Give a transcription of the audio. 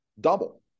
double